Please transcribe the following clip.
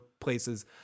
places